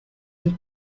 del